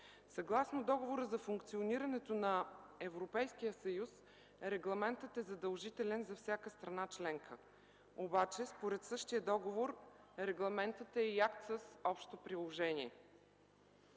Съгласно Договора за функционирането на Европейския съюз, регламентът е задължителен за всяка страна членка. Обаче според същия договор регламентът е и акт с общо приложение.